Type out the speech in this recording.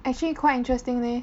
actually quite interesting leh